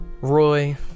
roy